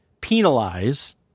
penalize